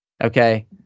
okay